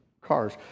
cars